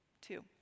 Two